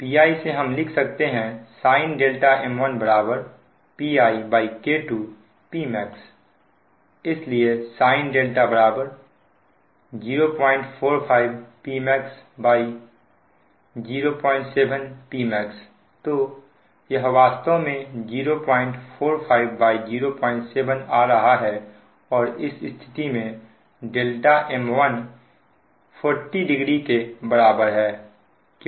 Pi तो हम लिख सकते हैं sinm1 PiK2 Pmax इसलिए sin 045 Pmax07Pmax तो यह वास्तव में 04507आ रहा है और इस स्थिति में m1 400 के बराबर है